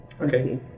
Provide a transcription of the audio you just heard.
Okay